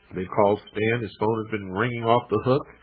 they've called stan his phone has been ringing off the hook.